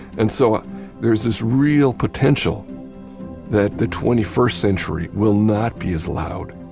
and so there's this real potential that the twenty first century will not be as loud.